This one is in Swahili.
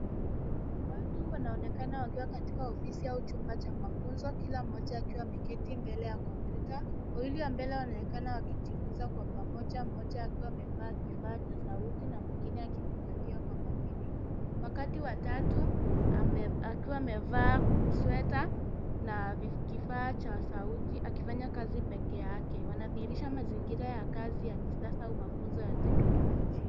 Watu wanaonekena wakiwa katika ofisi au chumba cha mafunzo, kila moja akiwa ameketi mbele ya kompyuta. Wawili wa mbele wanaonekana wakijifunza kwa pamoja moja akiwa amevaa kifaa cha sauti na mwingine akizingatia kwa makini. Wakati watatu akiwa amevaa sweta na kifaa cha sauti akifanya kazi peke yake. Wanathiirisha mazingira ya kazi ya kisasa mafunzo ya kiteknolojia.